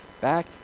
back